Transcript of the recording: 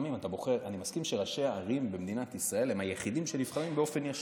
אני מסכים שראשי הערים במדינת ישראל הם היחידים שנבחרים באופן ישיר,